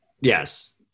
Yes